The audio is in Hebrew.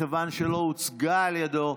מכיוון שלא הוצגה על ידו,